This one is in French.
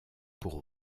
pour